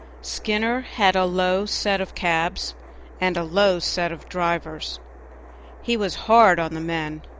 skinner had a low set of cabs and a low set of drivers he was hard on the men,